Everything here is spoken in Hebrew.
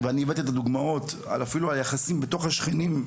אני הבאתי את הדוגמאות אפילו על היחסים בתוך השכנים.